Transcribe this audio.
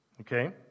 Okay